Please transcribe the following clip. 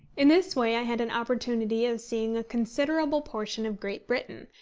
in this way i had an opportunity of seeing a considerable portion of great britain,